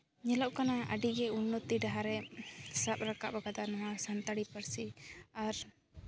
ᱧᱮᱞᱚᱜ ᱠᱟᱱᱟ ᱟᱹᱰᱤᱜᱮ ᱩᱱᱱᱚᱛᱤ ᱰᱟᱦᱟᱨᱮ ᱥᱟᱵ ᱨᱟᱠᱟᱵ ᱠᱟᱫᱟ ᱱᱚᱣᱟ ᱥᱟᱱᱛᱟᱲᱤ ᱯᱟᱹᱨᱥᱤ ᱟᱨ